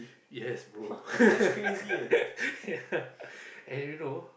yes bro yeah and you know